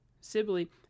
Sibley